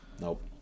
Nope